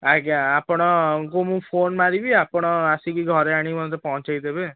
ଆଜ୍ଞା ଆପଣଙ୍କୁ ମୁଁ ଫୋନ୍ ମାରିବି ଆପଣ ଆସିକି ଘରେ ଆଣିକି ମୋତେ ପହଞ୍ଚାଇ ଦେବେ